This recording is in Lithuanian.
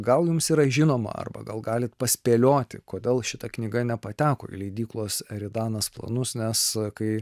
gal jums yra žinoma arba gal galite paspėlioti kodėl šita knyga nepateko į leidyklos eridanas planus nes kai